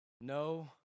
No